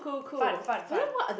fun fun fun